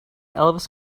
elvis